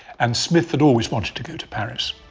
and smith had always wanted to go to paris.